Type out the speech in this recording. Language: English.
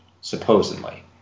supposedly